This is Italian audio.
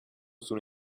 sono